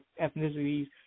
ethnicities